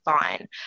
fine